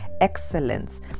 excellence